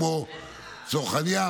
כמו צרכנייה,